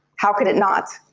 how can it not?